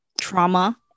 trauma